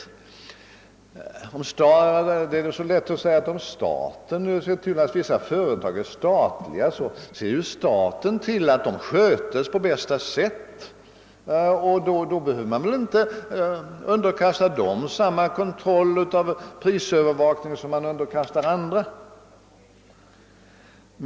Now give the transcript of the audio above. Det är så lätt att säga, att om staten äger ett företag ser också staten till att det skötes på bästa sätt. Det är inte nödvändigt att kontrollorganen underkastar det företaget samma kontroll och övervakning som andra företag.